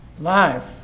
life